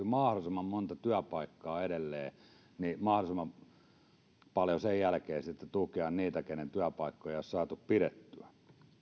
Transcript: mahdollisimman monta työpaikkaa mahdollisimman paljon tukea niitä kenen työpaikkoja ei ole saatu pidettyä